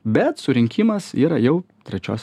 bet surinkimas yra jau trečios